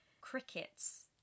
Crickets